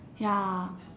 ya